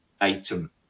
item